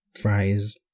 fries